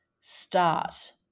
start